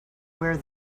where